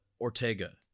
Ortega